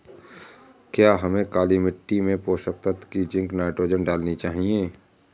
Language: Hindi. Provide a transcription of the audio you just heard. क्या हमें काली मिट्टी में पोषक तत्व की जिंक नाइट्रोजन डालनी चाहिए?